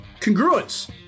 congruence